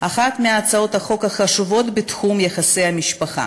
אחת מהצעות החוק החשובות בתחום יחסי המשפחה,